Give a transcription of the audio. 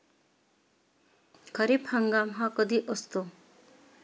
खरीप हंगाम हा कधी असतो?